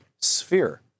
sphere